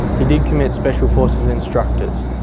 he did commit special forces instructors.